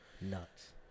nuts